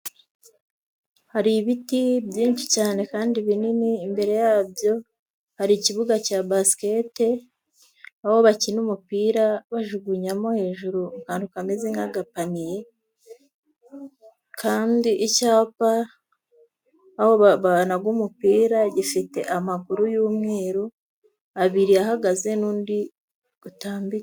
Hari ibiti byinshi cyane kandi binini, imbere yabyo hari ikibuga cya basikete, aho bakina umupira bajugunyamo hejuru mu kantu kameze k'agapaniye, kandi icyapa aho banaga umupira gifite amaguru y'umweru, abiri ahagaze n'undi utambi...